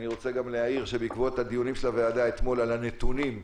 אני רוצה גם להעיר שבעקבות הדיונים של הוועדה אתמול על הנתונים,